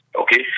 okay